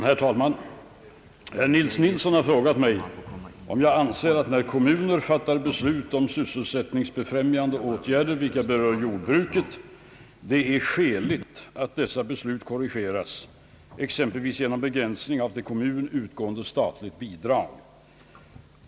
Herr talman! Herr Nils Nilsson har frågat mig om jag anser att när kommuner fattat beslut om sysselsättningsbefrämjande åtgärder, vilka berör jordbruket, det är skäligt att dessa beslut korrigeras, exempelvis genom begränsning av till kommun utgående statligt bidrag.